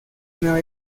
nueva